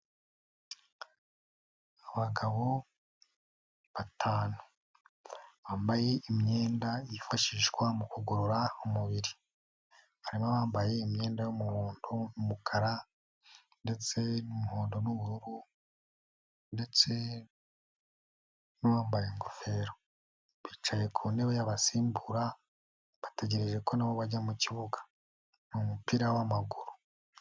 Abagabo batanu, bambaye imyenda yifashishwa mu kugorora umubiri, harimo abambaye imyenda y'umuhondo, umukara ndetse n'umuhondo n'ubururu ndetse n'uwambaye ingofero, bicaye ku ntebe y'abasimbura, bategereje ko na bo bajya mu kibuga, ni umupira w'amaguru.